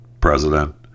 president